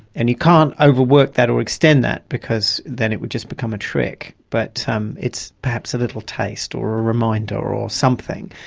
and you can't overwork that or extend that, because then it would just become a trick. but um it's perhaps a little taste or a reminder or something,